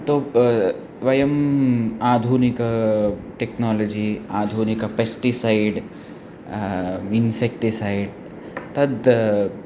तथापि वयम् आधुनिकं टेक्नालजि आधूनिकं पेस्टिसैड् इन्सेक्टिसैड् तद्